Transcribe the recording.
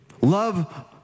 Love